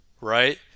right